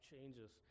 changes